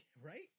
Right